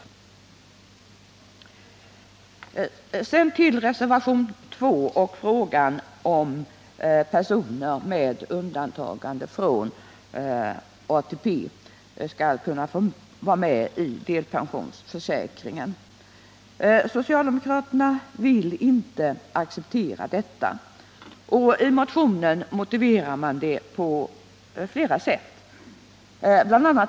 k Sedan till reservationen 2 och frågan om personer med undantagande från ATP skall kunna få vara med i delpensionsförsäkringen. Socialdemokraterna vill inte acceptera detta och motiverar det på flera sätt i sin motion. Bl.